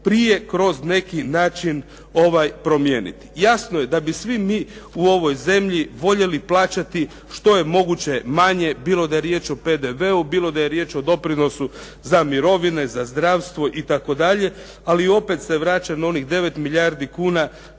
prije kroz neki način promijeniti. Jasno je da bi svi mi u ovoj zemlji voljeli plaćati što je moguće manje bilo da je riječ o PDV-u, bilo da je riječ o doprinosu za mirovine, za zdravstvo itd. ali opet se vraćam na onih 9 milijardi kuna